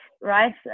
right